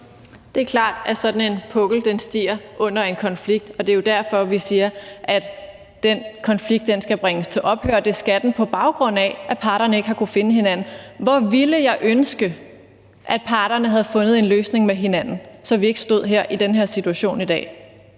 Det er klart, at sådan en pukkel bliver større under en konflikt, og det er jo derfor, vi siger, at den konflikt skal bringes til ophør, og det skal den, på baggrund af at parterne ikke har kunnet finde hinanden. Hvor ville jeg ønske, at parterne havde fundet en løsning med hinanden, så vi ikke stod her i den her situation i dag.